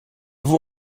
vous